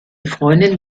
freundin